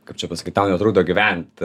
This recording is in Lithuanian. kaip čia pasakyt tau netrukdo gyvent